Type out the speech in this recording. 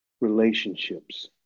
relationships